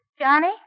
Johnny